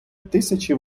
тисячі